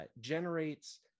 generates